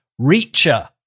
reacher